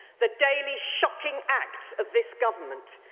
the daily shocking acts of this government.